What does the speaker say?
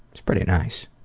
it's pretty nice.